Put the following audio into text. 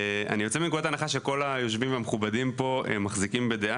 אני יוצא מנקודת הנחה שכל היושבים המכובדים פה הם מחזיקים בדעה